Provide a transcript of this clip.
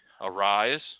arise